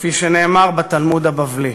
כפי שנאמר בתלמוד הבבלי.